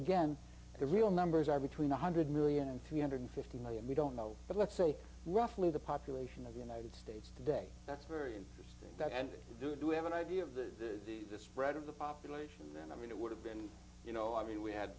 again the real numbers are between one hundred million and three hundred and fifty million we don't know but let's say roughly the population of the united states today that's very interesting that and we do have an idea of the the spread of the population and i mean it would have been you know i mean we had